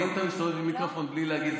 אבל אם אתה מסתובב עם מיקרופון בלי להגיד,